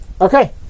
Okay